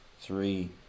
Three